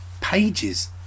pages